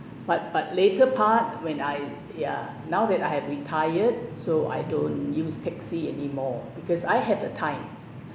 but but later part when I ya now that I have retired so I don't use taxi anymore because I have the time